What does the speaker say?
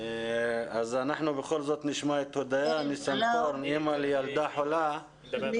אז אנחנו בכל זאת נשמע את הודיה ניסנרוקן אמא לילדה חולה- - כן,